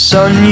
Son